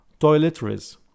Toiletries